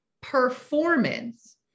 performance